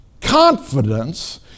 confidence